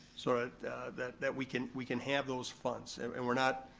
so that that we can we can have those funds and we're not,